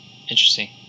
Interesting